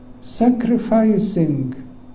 sacrificing